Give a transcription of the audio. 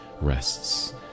rests